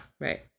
Right